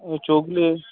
Chougale